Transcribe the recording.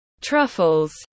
truffles